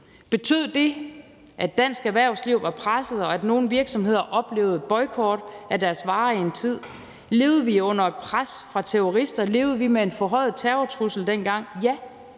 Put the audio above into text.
Betød det, at dansk erhvervsliv var presset, og at nogle virksomheder oplevede boykot af deres varer i en tid? Levede vi under et pres fra terrorister? Levede vi med en forhøjet terrortrussel dengang? Ja,